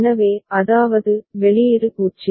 எனவே அதாவது வெளியீடு 0